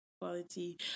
quality